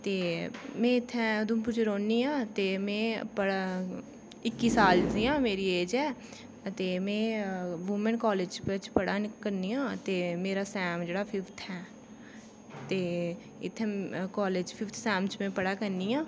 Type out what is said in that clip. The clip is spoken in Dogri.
में उत्थै उधमपूर च रौह्नी आं ते में पढ़ा इक्की साल दी आं मेरी एज ऐ अते में वूमन कालेज च बिच्च पढ़ानीं करनियां ते मेरा सैमिस्टर जेह्ड़ा फिफ्थ ऐ ते इत्थै कालेज च फिफ्थ सैमिस्टर च में पढ़ा करनियां